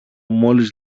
μόλις